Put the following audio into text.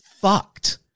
fucked